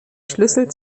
schlüssel